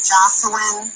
Jocelyn